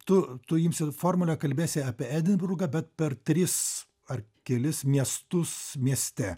tu tu imsi formulę kalbėsi apie edinburgą bet per tris ar kelis miestus mieste